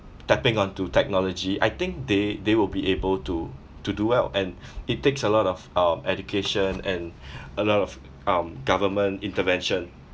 tapping onto technology I think they they will be able to to do well and it takes a lot of um education and a lot of um government intervention